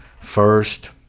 first